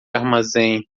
armazém